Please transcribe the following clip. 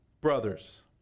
brothers